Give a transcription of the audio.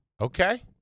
Okay